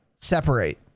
separate